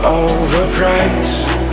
overpriced